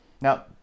Now